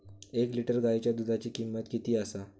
एक लिटर गायीच्या दुधाची किमंत किती आसा?